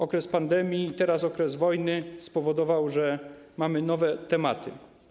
Okres pandemii, teraz okres wojny spowodowały, że mamy nowe tematy.